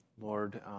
Lord